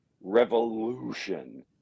revolution